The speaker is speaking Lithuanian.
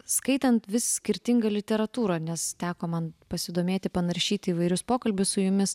skaitant vis skirtingą literatūrą nes teko man pasidomėti panaršyti įvairius pokalbius su jumis